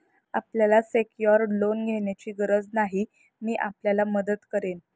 आपल्याला secured loan घेण्याची गरज नाही, मी आपल्याला मदत करेन